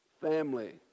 family